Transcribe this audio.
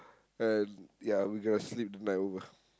and ya we gotta sleep the night over